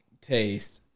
taste